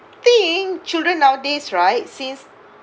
think children nowadays right since